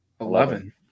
Eleven